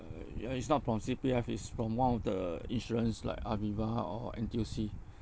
uh ya it's not from C_P_F it's from one of the insurance like aviva or N_T_U_C